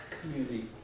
community